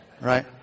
Right